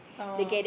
oh